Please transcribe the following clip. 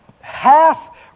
half